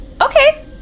Okay